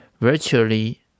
virtually